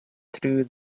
through